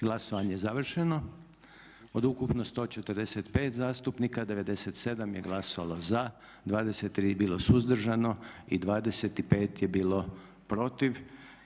Glasovanje je završeno. /Pljesak./ Od 149 zastupnika, 83 su glasovala za, 5 su bila suzdržana, 61 je bio protiv.